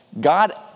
God